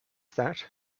that